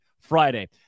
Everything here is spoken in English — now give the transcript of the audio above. Friday